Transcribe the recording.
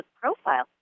profile